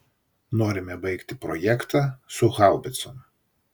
norime baigti projektą su haubicom